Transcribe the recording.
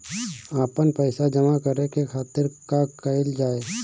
आपन पइसा जमा करे के खातिर का कइल जाइ?